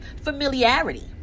familiarity